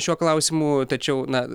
šiuo klausimu tačiau na